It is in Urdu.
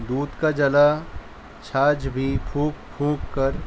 دودھ کا جلا چھاچھ بھی پھونک پھونک کر